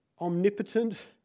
omnipotent